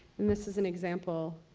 and this is an example.